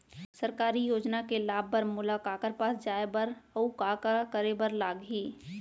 सरकारी योजना के लाभ बर मोला काखर पास जाए बर अऊ का का करे बर लागही?